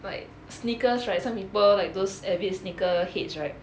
like sneakers right some people like those avid sneaker heads right